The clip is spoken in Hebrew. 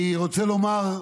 אני רוצה לומר,